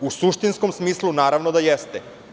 U suštinskom smislu, naravno da jeste.